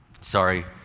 sorry